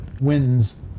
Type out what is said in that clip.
wins